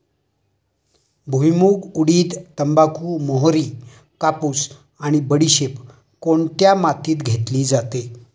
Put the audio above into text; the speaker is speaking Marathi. भुईमूग, उडीद, तंबाखू, मोहरी, कापूस आणि बडीशेप कोणत्या मातीत घेतली जाते?